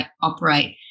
operate